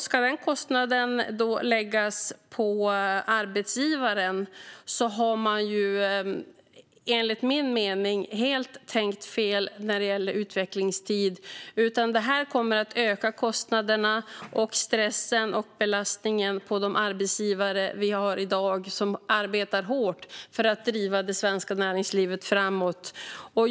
Ska den kostnaden läggas på arbetsgivaren har man enligt min mening tänkt helt fel när det gäller utvecklingstid. Detta kommer att öka kostnaderna och stressen och belastningen på de arbetsgivare som i dag arbetar hårt för att driva det svenska näringslivet framåt.